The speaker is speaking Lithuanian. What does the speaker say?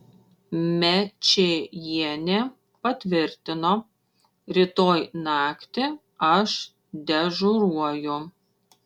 mečėjienė patvirtino rytoj naktį aš dežuruoju